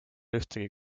ühtegi